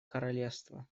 королевства